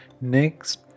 next